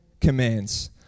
commands